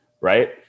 right